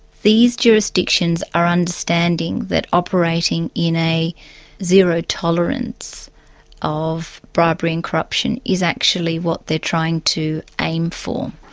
these jurisdictions are understanding that operating in a zero-tolerance of bribery and corruption is actually what they're trying to aim for.